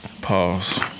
Pause